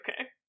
okay